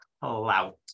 clout